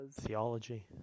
theology